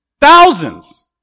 thousands